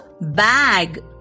bag